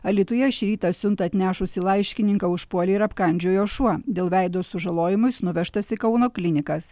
alytuje šį rytą siuntą atnešusį laiškininką užpuolė ir apkandžiojo šuo dėl veido sužalojimų jis nuvežtas į kauno klinikas